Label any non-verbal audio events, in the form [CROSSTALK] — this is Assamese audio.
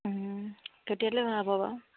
[UNINTELLIGIBLE]